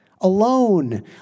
alone